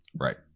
Right